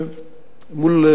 לכך.